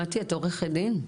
מטי, את עורכת דין?